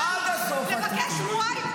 לבקש שבועיים,